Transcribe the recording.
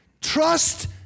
Trust